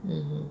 mm